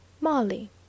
MOLLY